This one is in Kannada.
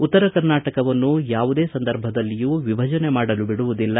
ಉತ್ತರ ಕರ್ನಾಟಕವನ್ನು ಯಾವದೇ ಸಂದರ್ಭದಲ್ಲಿಯೂ ವಿಭಜನೆ ಮಾಡಲು ಬಿಡುವುದಿಲ್ಲ